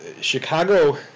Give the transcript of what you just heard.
Chicago